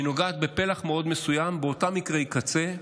היא נוגעת בפלח מאוד מסוים, באותם מקרי קצה,